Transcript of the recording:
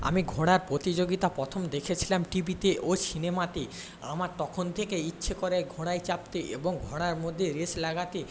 আমি ঘোড়ার প্রতিযোগিতা প্রথম দেখেছিলাম টিভিতে ও সিনেমাতে আমার তখন থেকেই ইচ্ছা করে ঘোড়ায় চাপতে এবং ঘোড়ার মধ্যে রেস লাগাতে